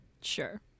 Sure